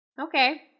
Okay